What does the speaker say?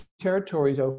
territories